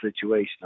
situation